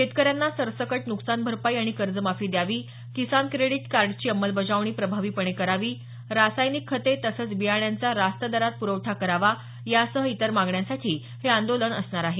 शेतकऱ्यांना सरसकट न्कसान भरपाई आणि कर्जमाफी द्यावी किसान क्रेडीट कार्डची अंमलबजावणी प्रभावीपणे करावी रासायनिक खते तसंच बियाणांचा रास्त दरात प्रवठा करावा यांसह इतर मागण्यांसाठी हे आंदोलन असणार आहे